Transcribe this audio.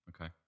Okay